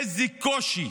איזה קושי